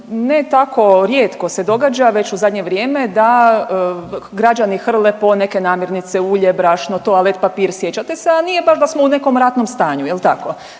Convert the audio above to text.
ne tako rijetko se događa već u zadnje vrijeme da građani hrle po neke namirnice ulje, brašno, toalet papir sjećate se, a nije baš da smo u nekom ratnom stanju jel tako.